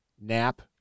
nap